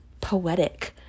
poetic